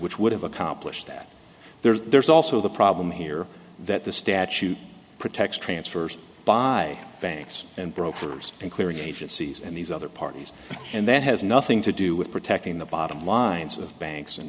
which would have accomplished that there's also the problem here that the statute protects transfers by banks and brokers and clearing agencies and these other parties and that has nothing to do with protecting the bottom lines of banks and